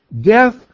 Death